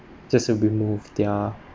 just to remove their